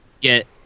get